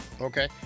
Okay